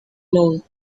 known